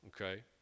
okay